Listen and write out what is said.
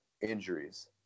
injuries